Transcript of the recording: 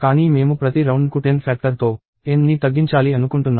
కానీ మేము ప్రతి రౌండ్కు 10 ఫ్యాక్టర్తో N ని తగ్గించాలి అనుకుంటున్నాము